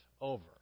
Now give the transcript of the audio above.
over